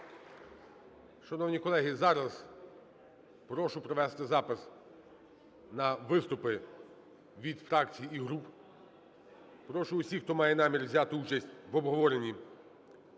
Шановні колеги, зараз прошу провести запис на виступи від фракцій і груп. Прошу усіх, хто має намір взяти участь в обговоренні,